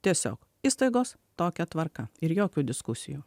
tiesiog įstaigos tokia tvarka ir jokių diskusijų